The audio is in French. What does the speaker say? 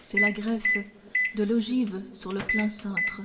c'est la greffe de l'ogive sur le plein cintre